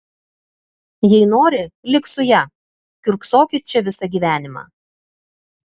jei nori lik su ja kiurksokit čia visą gyvenimą